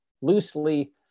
loosely